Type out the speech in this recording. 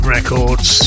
Records